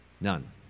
None